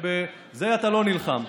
בזה אתה לא נלחם.